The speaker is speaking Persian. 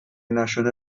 نشده